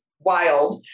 Wild